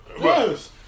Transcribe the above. Yes